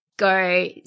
go